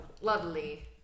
Lovely